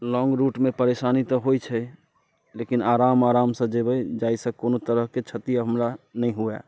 लौंग रूटमे परेशानी तऽ होइत छै लेकिन आराम आरामसँ जेबै जाइसँ कोनो तरहकेँ छति हमरा नहि हुए